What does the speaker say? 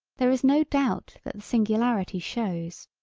there is no doubt that the singularity shows.